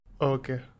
Okay